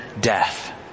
death